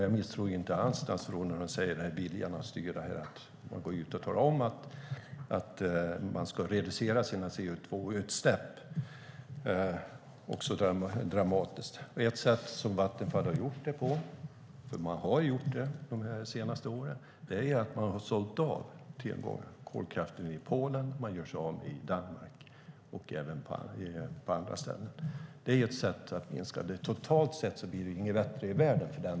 Jag misstror inte alls statsrådet när det gäller viljan att styra. Man går ut och talar om att CO2-utsläppen ska reduceras dramatiskt. Ett sätt som Vattenfall gjort det på, för så har skett under de senaste åren, är att sälja tillgångar, såsom kolkraften i Polen. Också i Danmark gör man sig av med den, liksom på andra håll. Det är ett sätt att minska kolkraften, men totalt sett blir det inte bättre i världen.